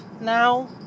now